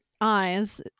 eyes